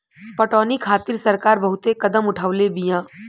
पटौनी खातिर सरकार बहुते कदम उठवले बिया